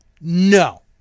no